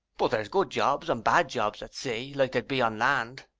but there's good jobs and bad jobs at sea, like there'd be on land.